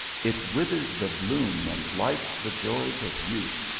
it withers the bloom and blights the joys of youth,